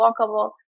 walkable